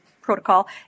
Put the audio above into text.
protocol